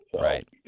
Right